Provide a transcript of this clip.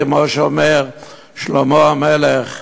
כמו שאומר שלמה המלך: